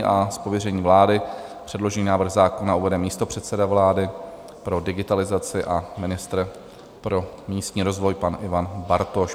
Z pověření vlády předložený návrh zákona uvede místopředseda vlády pro digitalizaci a ministr pro místní rozvoj, pan Ivan Bartoš.